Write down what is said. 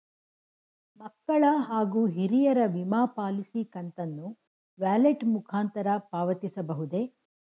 ಮಕ್ಕಳ ಹಾಗೂ ಹಿರಿಯರ ವಿಮಾ ಪಾಲಿಸಿ ಕಂತನ್ನು ವ್ಯಾಲೆಟ್ ಮುಖಾಂತರ ಪಾವತಿಸಬಹುದೇ?